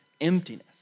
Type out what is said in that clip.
emptiness